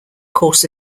course